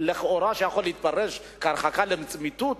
שלכאורה יכולה להתפרש כהרחקה לצמיתות,